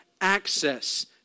access